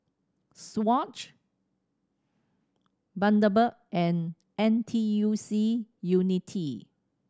Swatch Bundaberg and N T U C Unity